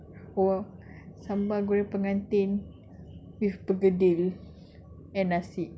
or sambal goreng pengantin with bergedil and nasi